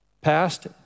past